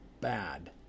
bad